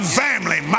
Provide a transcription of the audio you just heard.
family